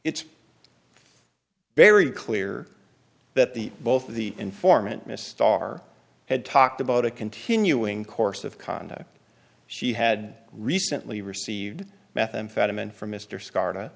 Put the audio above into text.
it's very clear that the both of the informant miss starr had talked about a continuing course of conduct she had recently received methamphetamine from m